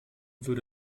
würde